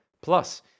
plus